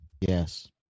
Yes